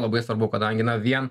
labai svarbu kadangi na vien